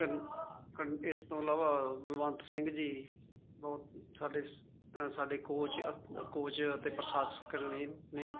ਇਸ ਤੋਂ ਇਲਾਵਾ ਬਲਵੰਤ ਸਿੰਘ ਜੀ ਬਹੁਤ ਸਾਡੇ ਸਾਡੇ ਕੋਚ ਅਤ ਕੋਚ ਅਤੇ ਪ੍ਰਸ਼ਾਸਕ ਨੇ ਨੇ